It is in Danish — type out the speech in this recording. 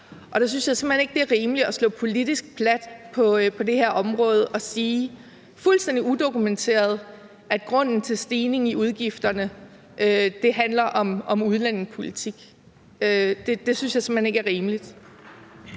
synes jeg simpelt hen ikke, det er rimeligt at slå politisk plat på det her område og sige fuldstændig udokumenteret, at grunden til stigningen i udgifterne handler om udlændingepolitik. Det synes jeg simpelt hen ikke er rimeligt.